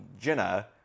jenna